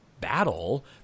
battle